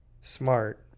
smart